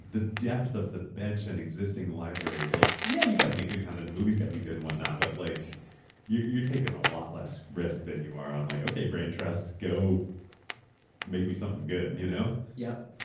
the depth of the bench and existing libraries like, yeah, you got to make good kind of content movies, got to be good and whatnot, but like you're taking a lot less risk than you are on like, okay, brain trust, go make me something good. and you know yup.